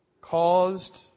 caused